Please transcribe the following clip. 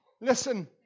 Listen